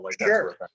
Sure